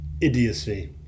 idiocy